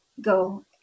go